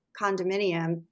condominium